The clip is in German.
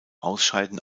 ausscheiden